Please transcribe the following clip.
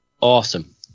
Awesome